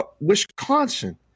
Wisconsin